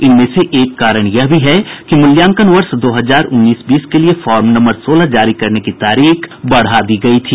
इनमें एक कारण यह भी है कि मूल्यांकन वर्ष दो हजार उन्नीस बीस के लिए फॉर्म नम्बर सोलह जारी करने की तारीख बढ़ा दी गई थी